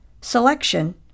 selection